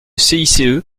cice